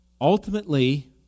Ultimately